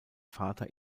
vater